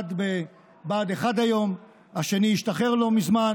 אחד בבה"ד 1 היום, השני השתחרר לא מזמן,